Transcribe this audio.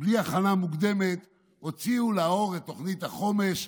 בלי הכנה מוקדמת, הוציאו לאור את תוכנית החומש,